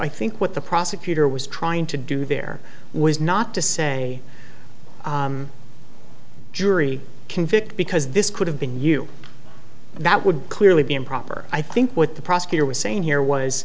i think what the prosecutor was trying to do there was not to say jury convict because this could have been you that would clearly be improper i think what the prosecutor was saying here was